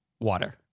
water